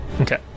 Okay